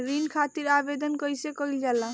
ऋण खातिर आवेदन कैसे कयील जाला?